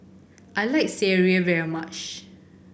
I like sireh very much